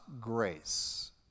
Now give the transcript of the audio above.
grace